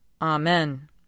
Amen